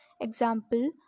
example